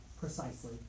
Precisely